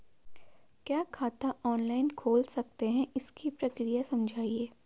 क्या खाता ऑनलाइन खोल सकते हैं इसकी प्रक्रिया समझाइए?